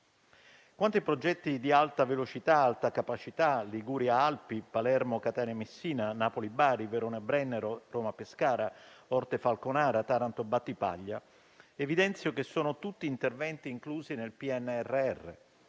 Quanto ai progetti ad alta velocità e alta capacità Liguria-Alpi, Palermo-Catania-Messina, Napoli-Bari, Verona-Brennero, Roma-Pescara, Orte-Falconara e Taranto-Battipaglia, evidenzio che sono tutti interventi inclusi nel PNRR,